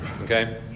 okay